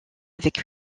avec